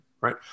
right